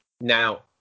Now